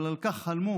אבל על כך חלמו